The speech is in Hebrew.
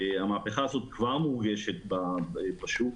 המהפכה הזאת כבר מורגשת בשוק,